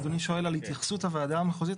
אדוני שואל על התייחסות הוועדה המחוזית.